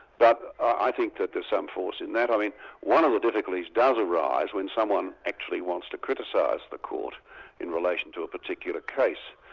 i think that there's some force in that. i mean one of the difficulties does arise when someone actually wants to criticise the court in relation to a particular case.